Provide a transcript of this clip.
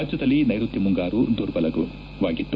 ರಾಜ್ಞದಲ್ಲಿ ನೈರುತ್ಯ ಮುಂಗಾರು ದುರ್ಬಲವಾಗಿತ್ತು